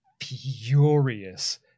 furious